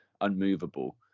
unmovable